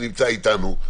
שנמצא איתנו,